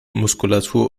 muskulatur